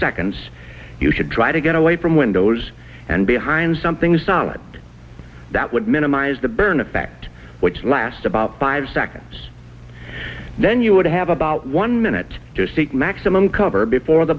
seconds you should try to get away from windows and behind something solid that would minimize the burn effect which lasts about five seconds then you would have about one minute to take maximum cover before the